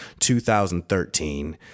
2013